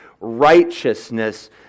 righteousness